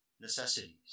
Necessities